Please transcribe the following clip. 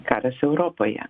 karas europoje